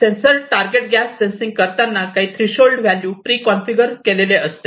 gas sensor target gas sensing करताना काही threshold value preconfigure केलेले असते